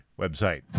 website